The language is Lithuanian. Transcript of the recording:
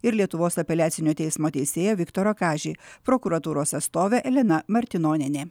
ir lietuvos apeliacinio teismo teisėją viktorą kažį prokuratūros atstovė elena martinonienė